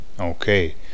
Okay